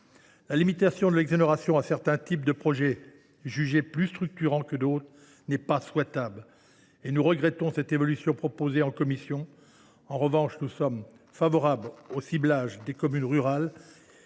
La limitation de l’exonération à certains types de projets jugés plus structurants que d’autres n’est pas souhaitable ; nous regrettons donc cette évolution proposée en commission. En revanche, nous sommes favorables au ciblage des communes rurales